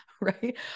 right